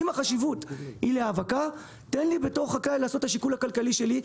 אם החשיבות היא להאבקה תן לי בתור חקלאי לעשות את השיקול כלכלי שלי.